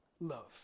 love